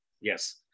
Yes